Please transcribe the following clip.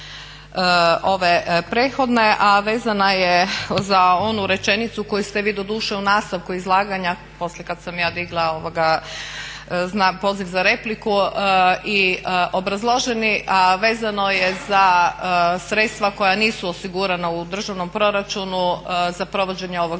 ove prethodne, a vezana je za onu rečenicu koju ste vi doduše u nastavku izlaganja, poslije kad sam ja digla poziv za repliku i obrazloženi, a vezano je za sredstva koja nisu osigurana u državnom proračunu za provođenje ovog